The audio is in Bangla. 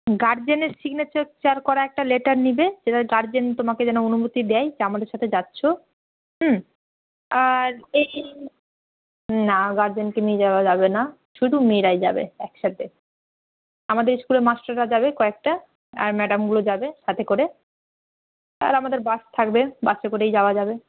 গার্জেনের সিগনেচার চার করা একটা লেটার নিবে সেখানে গার্জেন তোমাকে যেন অনুমতি দেয় যে আমাদের সাথে যাচ্ছো হুম আর এই না গার্জেনকে নিয়ে যাওয়া যাবে না শুধু মেয়েরাই যাবে একসাথে আমাদের ইস্কুলের মাস্টাররা যাবে কয়েকটা আর ম্যাডামগুলো যাবে সাথে করে আর আমাদের বাস থাকবে বাসে করেই যাওয়া যাবে